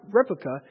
replica